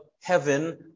heaven